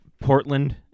Portland